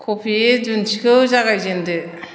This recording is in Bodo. कफि जुन्थिखौ जागायजेनदो